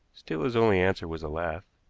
still his only answer was a laugh.